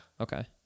Okay